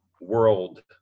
world